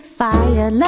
fire